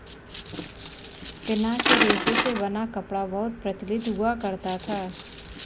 पिना के रेशे से बना कपड़ा बहुत प्रचलित हुआ करता था